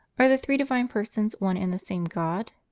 are the three divine persons one and the same god?